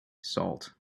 salt